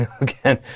again